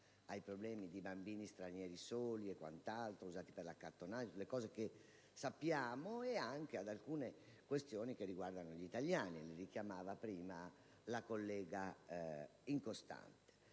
ai problemi di bambini stranieri soli e quant'altro, usati per l'accattonaggio (le cose che sappiamo) e anche ad alcune questioni che riguardano gli italiani e che richiamava prima la collega Incostante.